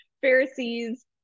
Pharisees